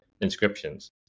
inscriptions